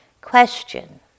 question